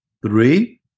Three